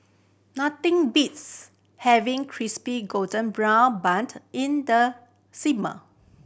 nothing beats having crispy golden brown buned in the